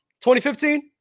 2015